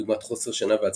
דוגמת חוסר שינה ועצבנות.